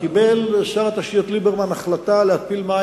קיבל שר התשתיות ליברמן החלטה להתפיל מים